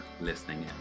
listening